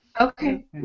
Okay